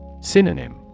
Synonym